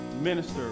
Minister